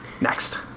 Next